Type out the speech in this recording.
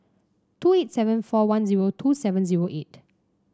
two eight seven four one zero two seven zero eight